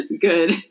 Good